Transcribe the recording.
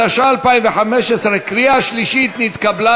התשע"ה 2015, נתקבל.